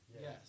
Yes